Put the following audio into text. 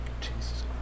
Jesus